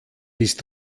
bist